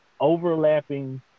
overlapping